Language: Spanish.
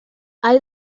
hay